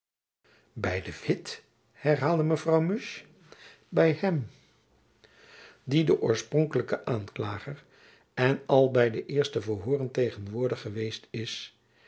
de witt herhaalde mevrouw musch by hem die de oorspronkelijke aanklager en by al de eerste verhooren tegenwoordig geweest is